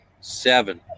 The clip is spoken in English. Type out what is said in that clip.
Seven